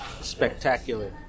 spectacular